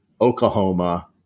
Oklahoma